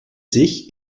sich